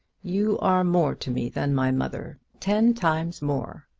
you are more to me than my mother ten times more!